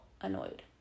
annoyed